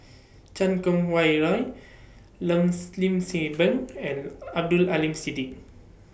Chan Kum Wah Roy Length Lim seven and Abdul Aleem Siddique